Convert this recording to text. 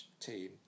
team